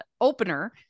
opener